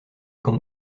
gant